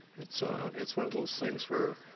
it's ah it's one of those things where,